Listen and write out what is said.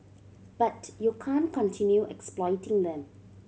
but you can't continue exploiting them